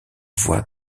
voie